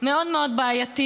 מאוד מאוד בעייתית,